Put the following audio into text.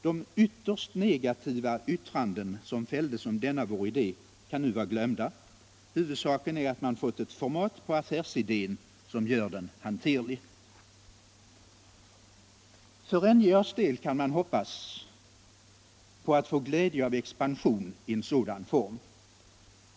De ytterst negativa yttranden som fälldes om denna vår idé kan nu vara glömda — huvudsaken är att man i dag fått ett format på affärsidén som gör den hanterlig. För NJA:s del kan man, hoppas vi, få glädje av expansion i en sådan form.